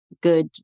good